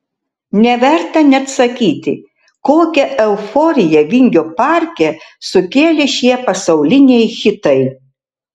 neverta net sakyti kokią euforiją vingio parke sukėlė šie pasauliniai hitai